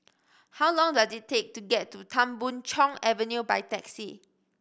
how long does it take to get to Tan Boon Chong Avenue by taxi